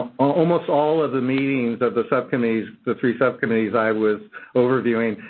almost all of the meetings of the subcommittees, the three subcommittees i was overviewing,